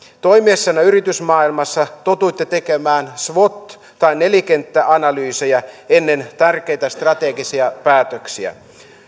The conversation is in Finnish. toimiessanne yritysmaailmassa totuitte tekemään swot tai nelikenttäanalyysejä ennen tärkeitä strategisia päätöksiä